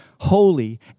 holy